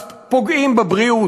אז פוגעים בבריאות,